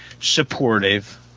supportive